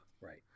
Right